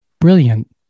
brilliant